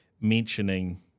mentioning